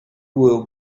will